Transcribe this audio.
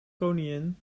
koningin